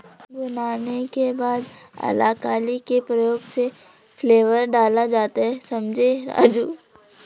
भुनाने के बाद अलाकली के प्रयोग से फ्लेवर डाला जाता हैं समझें राजु